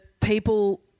people